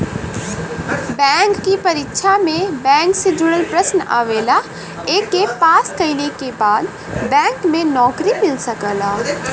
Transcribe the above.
bank के परीक्षा में बैंक से जुड़ल प्रश्न आवला एके पास कइले के बाद बैंक में नौकरी मिल सकला